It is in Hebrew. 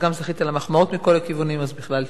זכית למחמאות מכל הכיוונים, אז בכלל טוב.